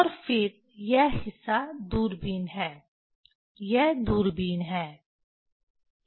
और फिर यह हिस्सा दूरबीन है यह दूरबीन है